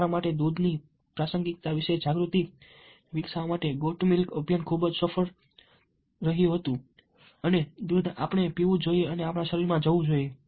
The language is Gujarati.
તમારા માટે દૂધની પ્રાસંગિકતા વિશે જાગૃતિ વિકસાવવા સાથે ગોટ મિલ્ક અભિયાન ખૂબ જ સફળ રહ્યું હતું કે દૂધ આપણે પીવું જોઈએ અને આપણા શરીર માં જવું જોઈએ